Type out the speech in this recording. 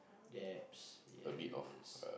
debts yes